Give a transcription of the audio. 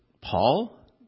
Paul